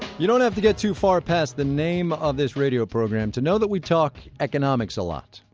you don't have to get too far past the name of this radio program to know that we talk economics a lot.